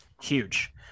Huge